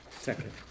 Second